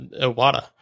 Iwata